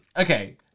Okay